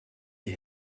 die